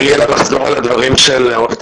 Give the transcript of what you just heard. גם מי שסבור שאין מנוס מבחינה ביטחונית וחייבים את